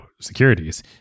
securities